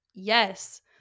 Yes